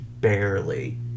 barely